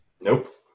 Nope